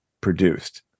produced